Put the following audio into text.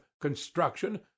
construction